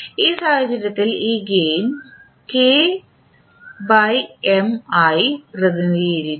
ഈ സാഹചര്യത്തിൽ ഈ ഗെയിൻ ആയി പ്രതിനിധീകരിച്ചു